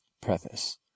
Preface